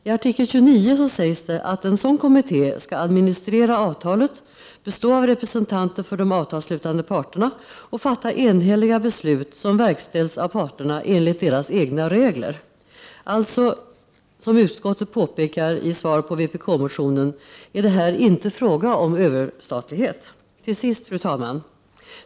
I artikel 29 sägs att en sådan kommitté skall administrera avtalet, bestå av representanter för de avtalsslutande parterna och fatta enhälliga beslut, som verkställs av parterna enligt deras egna regler. Alltså, som utskottet påpekar med anledning av vpk-motionen, är det här inte fråga om överstatlighet. Till sist, fru talman!